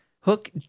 Hook